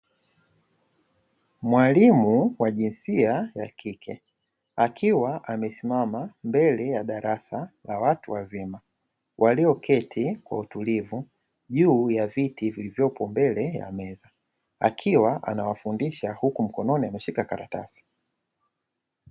Mwalimu wa jinsia ya kike akiwa amesimama mbele ya darasa la watu wazima walioketi kwa utulivu juu ya viti vilivyoko mbele ya meza, akiwa anawafundisha huku mkononi ameshika karatasi.